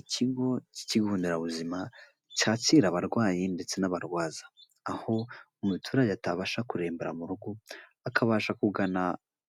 Ikigo cy'ikigo nderabuzima cyakira abarwayi ndetse n'abarwaza, aho umuturage atabasha kurembera mu rugo akabasha kugana